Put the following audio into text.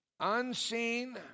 Unseen